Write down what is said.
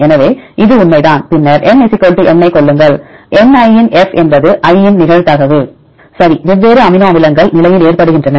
எனவே அது உண்மைதான் பின்னர் N n ஐக் கொள்ளுங்கள் Ni இன் f என்பது i இன் நிகழ்தகவு சரி வெவ்வேறு அமினோ அமிலங்கள் நிலையில் ஏற்படுகின்றன